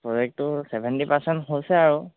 প্ৰজেক্টটো seventy percent হৈছে আৰু